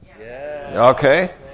Okay